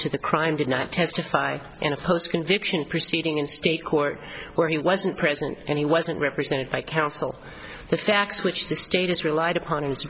to the crime did not testify in a post conviction proceeding in state court where he wasn't present and he wasn't represented by counsel the facts which the state has relied upon i